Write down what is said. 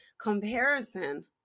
Comparison